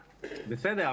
בסדר,